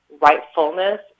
Rightfulness